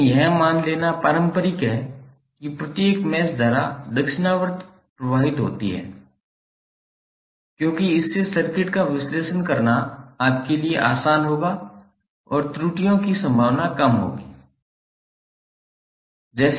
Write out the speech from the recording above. लेकिन यह मान लेना पारंपरिक है कि प्रत्येक मैश धारा दक्षिणावर्त प्रवाहित होती है क्योंकि इससे सर्किट का विश्लेषण करना आपके लिए आसान होगा और त्रुटियों की संभावना कम होगी